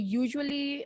usually